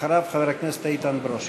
אחריו, חבר הכנסת איתן ברושי.